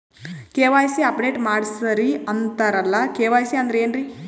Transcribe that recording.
KYC update ಮಾಡಸ್ರೀ ಅಂತರಲ್ಲ KYC ಅಂದ್ರ ಏನ್ರೀ?